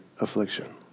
affliction